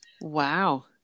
Wow